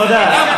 תודה.